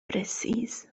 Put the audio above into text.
precis